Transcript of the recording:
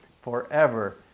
forever